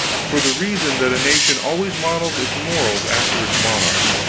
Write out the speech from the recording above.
for the reason that a nation always models its morals after its monarch's.